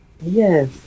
Yes